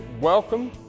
Welcome